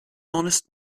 honest